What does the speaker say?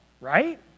right